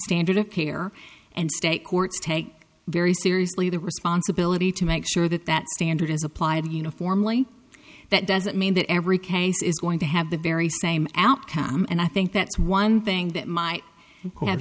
standard of care and state courts take very seriously the responsibility to make sure that that standard is applied uniformly that doesn't mean that every case is going to have the very same outcome and i think that's one thing that might